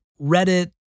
Reddit